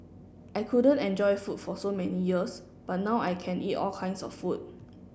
I couldn't enjoy food for so many years but now I can eat all kinds of food